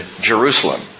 Jerusalem